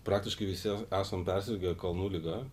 praktiškai visi esam persirgę kalnų liga